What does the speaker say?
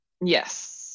Yes